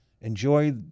enjoy